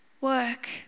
work